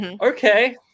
Okay